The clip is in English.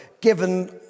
given